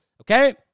Okay